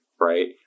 right